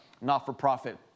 not-for-profit